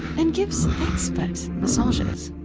and gives expert massages.